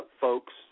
folks